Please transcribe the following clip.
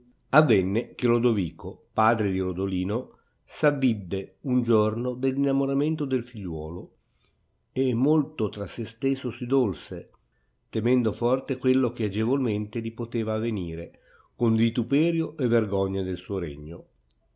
avenne che lodovico padre di rodolino s avidde un giorno dell innamoramento del figliuolo e molto tra se stesso si dolse temendo forte quello che agevolmente li poteva avenire con vituperio e vergogna del suo regno